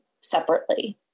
separately